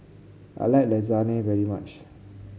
I like Lasagne very much